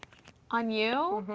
on you?